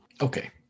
Okay